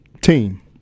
Team